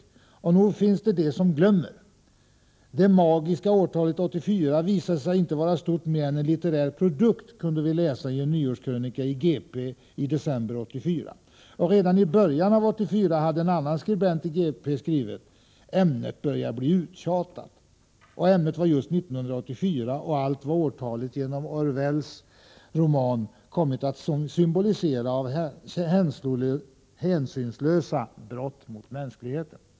Och nog finns det de som glömmer. ”Det magiska årtalet 1984 visade sig vara inte stort mer än en litterär produkt”, kunde vi läsa i en nyårskrönika i G-P i december 1984. Och redan i början av 1984 hade en annan skribent i G-P skrivit; ”Ämnet börjar bli uttjatat”. Och ämnet var just 1984 och allt vad det årtalet genom Orwells roman kommit att symbolisera av hänsynslösa brott mot mänskligheten.